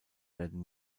werden